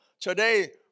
today